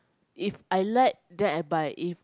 If I like then I buy if